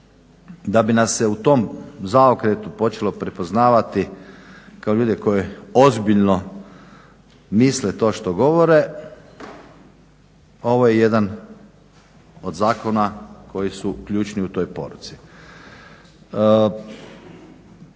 da bi nas se u tom zaokretu počelo prepoznavati kao ljudi koji ozbiljno misle to što govore ovo je jedan od zakona koji su ključni u toj poruci.